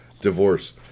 divorce